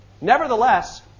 Nevertheless